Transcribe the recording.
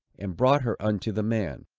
and brought her unto the man.